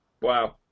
Wow